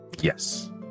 Yes